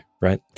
right